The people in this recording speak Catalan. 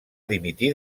dimitir